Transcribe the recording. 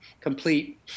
complete